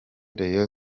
rayon